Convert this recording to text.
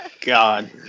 god